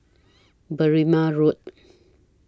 Berrima Road